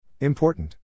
Important